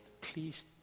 please